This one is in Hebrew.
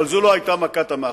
אבל זו לא היתה מכת המחץ.